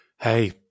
Hey